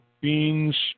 beans